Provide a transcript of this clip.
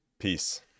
Peace